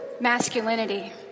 masculinity